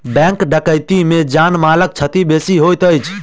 bank डकैती मे जान मालक क्षति बेसी होइत अछि